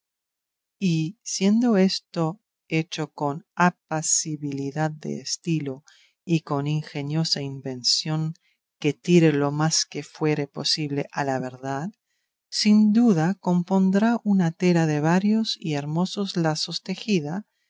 siendo esto hecho con apacibilidad de estilo y con ingeniosa invención que tire lo más que fuere posible a la verdad sin duda compondrá una tela de varios y hermosos lazos tejida